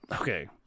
okay